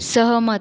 सहमत